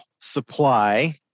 supply